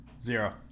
Zero